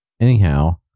Anyhow